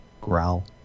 growl